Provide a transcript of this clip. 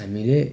हामीले